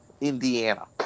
Indiana